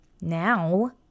now